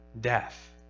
death